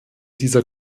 dieser